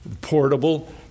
portable